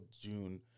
June